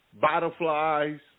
butterflies